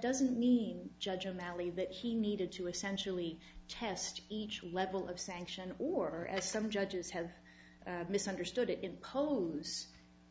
doesn't mean judge o'malley that he needed to essentially test each level of sanction or some judges have misunderstood it imposes